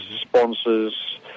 sponsors